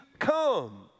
come